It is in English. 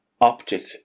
optic